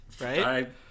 right